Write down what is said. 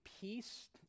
peace